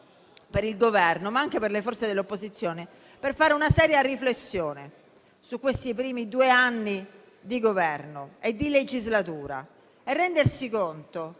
per il Governo, ma anche per le forze dell'opposizione, per fare una seria riflessione su questi primi due anni di Governo e di legislatura e per rendersi conto